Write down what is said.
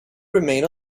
remain